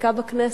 בחקיקה בכנסת.